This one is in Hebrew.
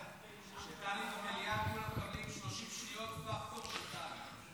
כשטלי במליאה כולם מקבלים 30 שניות פקטור של טלי.